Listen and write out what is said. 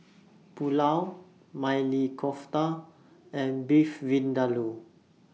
Pulao Maili Kofta and Beef Vindaloo